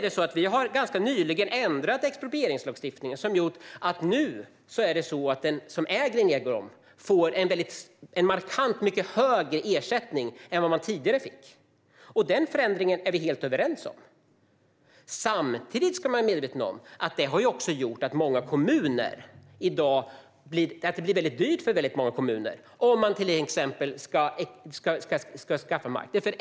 Vi har ganska nyligen ändrat exproprieringslagstiftningen så att den som äger egendom nu får en markant mycket högre ersättning än vad man tidigare fick. Denna förändring är vi helt överens om. Samtidigt ska man vara medveten om att detta också har gjort att det i dag blir väldigt dyrt för många kommuner om de ska skaffa mark.